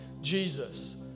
Jesus